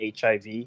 HIV